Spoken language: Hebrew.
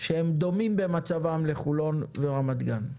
שהם במצב דומה לבניינים בחולון וברמת גן.